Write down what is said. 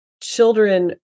children